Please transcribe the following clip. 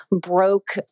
broke